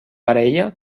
parella